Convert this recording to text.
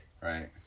Right